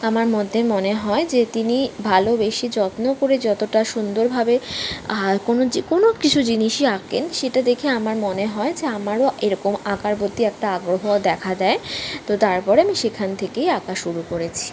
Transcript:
আমার মধ্যে মনে হয় যে তিনি ভালোবেসে যত্ন করে এতটা সুন্দরভাবে কোনও কোনও কিছু জিনিসই আঁকেন সেটা দেখে আমার মনে হয় যে আমারও এরকম আঁকার প্রতি একটা আগ্রহ দেখা দেয় তো তারপরে আমি সেখান থেকেই আঁকা শুরু করেছি